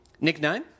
Nickname